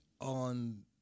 on